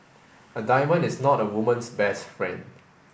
a diamond is not a woman's best friend